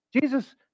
Jesus